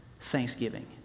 thanksgiving